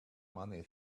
money